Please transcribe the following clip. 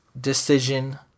decision